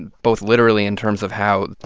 both literally in terms of how,